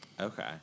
Okay